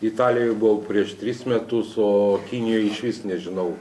italijoj buvau prieš tris metus o kinijoj išvis nežinau